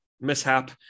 mishap